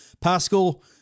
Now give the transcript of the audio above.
Pascal